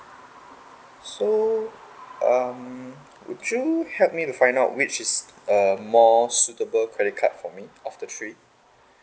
so um would you help me to find out which is a more suitable credit card for me of the three